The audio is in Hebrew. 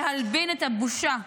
להלבין את הבושה.